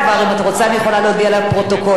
אני יכולה להודיע לפרוטוקול משהו.